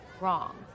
wrong